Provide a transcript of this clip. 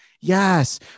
Yes